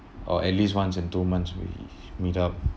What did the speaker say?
or at least once in two months we meet up